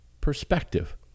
perspective